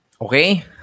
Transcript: Okay